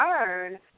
earn